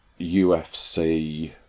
UFC